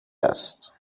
است